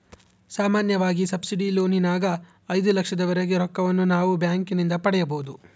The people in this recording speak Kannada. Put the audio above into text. ಸಾಮಾನ್ಯವಾಗಿ ಸಬ್ಸಿಡಿ ಲೋನಿನಗ ಐದು ಲಕ್ಷದವರೆಗೆ ರೊಕ್ಕವನ್ನು ನಾವು ಬ್ಯಾಂಕಿನಿಂದ ಪಡೆಯಬೊದು